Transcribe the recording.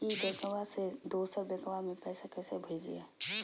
ई बैंकबा से दोसर बैंकबा में पैसा कैसे भेजिए?